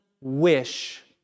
wish